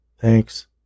Thanks